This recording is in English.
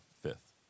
fifth